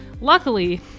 Luckily